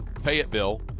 Fayetteville